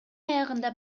аягында